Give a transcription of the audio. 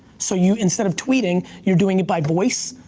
so you instead of tweeting, you're doing it by voice,